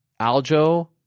Aljo